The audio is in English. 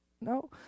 No